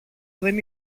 δεν